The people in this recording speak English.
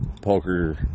poker